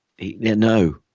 No